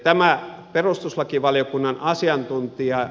tämä perustuslakivaliokunnan asiantuntija